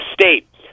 State